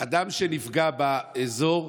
אדם שנפגע באזור,